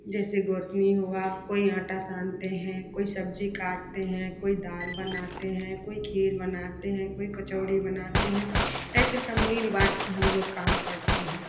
जैसे गौतनी हुआ कोई आटा सानते हैं कोई सब्ज़ी काटते हैं कोई दाल बनाते हैं कोई खीर बनाते हैं कोई कचौड़ी बनाते हैं ऐसे सब मिल बांटकर हम लोग काम करते